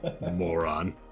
Moron